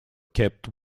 kept